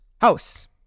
House